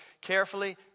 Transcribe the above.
carefully